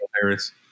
Harris